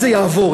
זה יעבור,